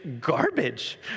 garbage